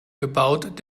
gebaut